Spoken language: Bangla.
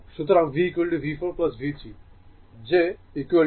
সুতরাং VV4 V3 যে V